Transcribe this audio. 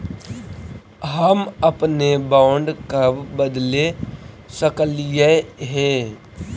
हम अपने बॉन्ड कब बदले सकलियई हे